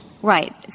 Right